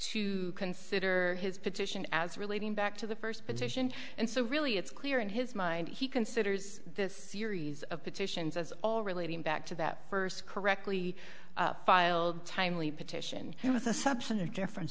to consider his petition as relating back to the first petition and so really it's clear in his mind he considers this series of petitions as all relating back to that first correctly filed timely petition with assumption of differen